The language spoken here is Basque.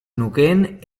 nukeen